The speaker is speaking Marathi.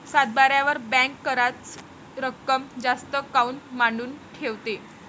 सातबाऱ्यावर बँक कराच रक्कम जास्त काऊन मांडून ठेवते?